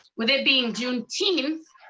with it being juneteenth,